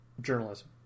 journalism